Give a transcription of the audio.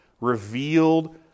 revealed